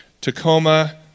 Tacoma